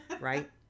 right